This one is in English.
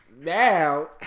Now